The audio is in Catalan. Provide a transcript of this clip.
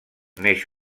neix